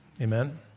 Amen